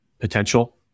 Potential